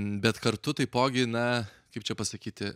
bet kartu taipogi na kaip čia pasakyti